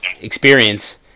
experience